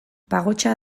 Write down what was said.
pagotxa